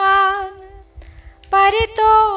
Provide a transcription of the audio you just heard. Parito